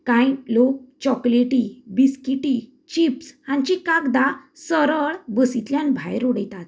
कांय लोक चॉकलेटी बिस्कीटी चिप्स हांची कागदां सरळ बसींतल्यान भायर उडयतात